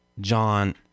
John